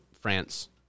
France